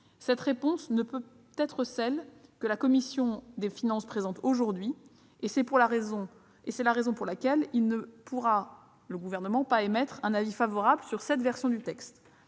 cette réponse ne peut pas être celle que la commission des finances présente aujourd'hui. C'est la raison pour laquelle il ne pourra pas émettre un avis favorable sur cette version du texte.